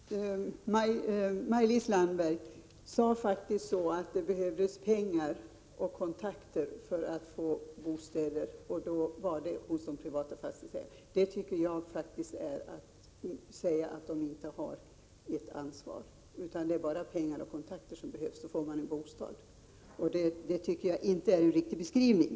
Herr talman! Maj-Lis Landberg sade faktiskt att det behövdes pengar och kontakter för att få bostad. Det gällde då hos de privata fastighetsägarna. Det tycker jag faktiskt är att säga att de inte har något ansvar, utan att det bara är pengar och kontakter som behövs för att få en bostad. Det tycker jag inte är en riktig beskrivning.